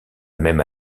même